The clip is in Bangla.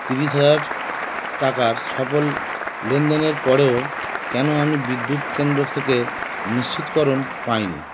তিরিশ হাজার টাকার সফল লেনদেনের পরেও কেন আমি বিদ্যুৎ কেন্দ্র থেকে নিশ্চিতকরণ পাই নি